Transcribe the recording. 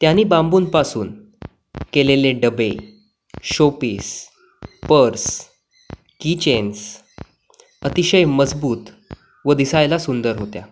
त्यांनी बांबूंपासून केलेले डबे शोपीस पर्स कीचेन्स अतिशय मजबूत व दिसायला सुंदर होत्या